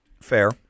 Fair